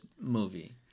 movie